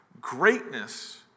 Greatness